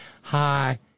hi